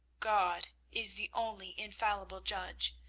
god is the only infallible judge,